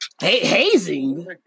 Hazing